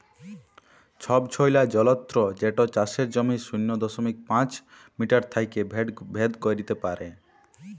ছবছৈলর যলত্র যেট চাষের জমির শূন্য দশমিক পাঁচ মিটার থ্যাইকে ভেদ ক্যইরতে পারে